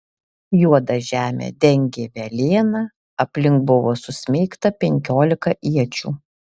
juodą žemę dengė velėna aplink buvo susmeigta penkiolika iečių